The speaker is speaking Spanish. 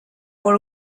por